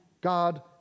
God